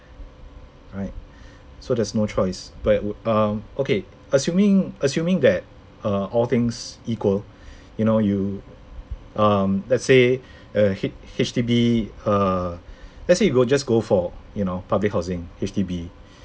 right so there's no choice but uh okay assuming assuming that uh all things equal you know you um let's say a H~ H_D_B err let's say you go just go for you know public housing H_D_B